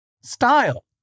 Style